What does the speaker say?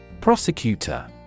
Prosecutor